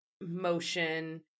motion